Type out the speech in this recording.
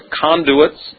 conduits